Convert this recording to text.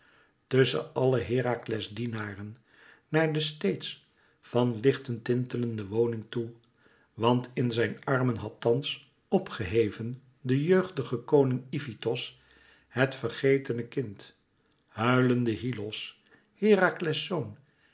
tusschen àlle herakles dienaren naar de steeds van lichten tintelende woning toe want in zijn armen had thans op geheven de jeugdige koning ifitos het vergetene kind huilende hyllos herakles